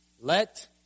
Let